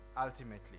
ultimately